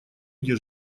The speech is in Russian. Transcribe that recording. где